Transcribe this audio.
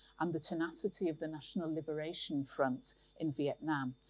and the tenacity of the national liberation front in vietnam.